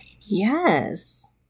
Yes